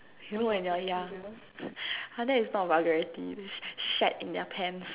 you know when you are young !huh! that is not vulgarity shat in their pants